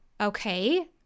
Okay